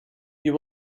you